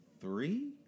three